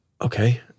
Okay